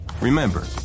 Remember